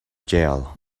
jail